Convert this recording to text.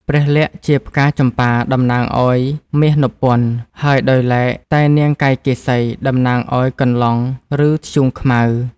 ព្រះលក្សណ៍ជាផ្កាចម្ប៉ាតំណាងឱ្យមាសនព្វន្ត ហើយដោយឡែកតែនាងកៃកេ សី តំណាងឱ្យកន្លង់ឬធ្យូងខ្មៅ។